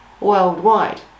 worldwide